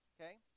Okay